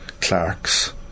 Clark's